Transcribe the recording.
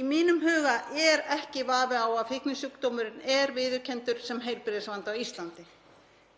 Í mínum huga er ekki vafi á að fíknisjúkdómurinn er viðurkenndur sem heilbrigðisvandi á Íslandi.